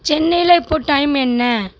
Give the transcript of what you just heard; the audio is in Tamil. சென்னையில் இப்போ டைம் என்ன